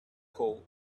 hole